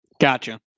Gotcha